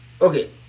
Okay